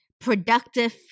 productive